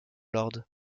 lord